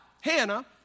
Hannah